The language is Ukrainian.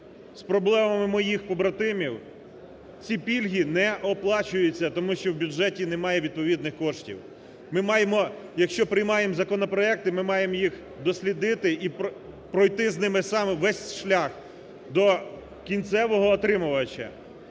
з проблемами моїх побратимів. Ці пільги не оплачуються, тому що в бюджеті немає відповідних коштів. Ми маємо, якщо приймаємо законопроекти, ми маємо їх дослідити і пройти з ними саме весь шлях до кінцевого отримувача.